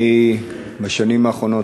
בשנים האחרונות,